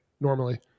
normally